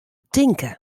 tinke